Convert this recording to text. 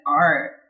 art